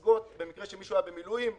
משיכות מחסכונות הציבור לטווח בינוני וארוך,